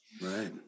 right